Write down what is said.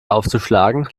aufzuschlagen